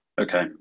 Okay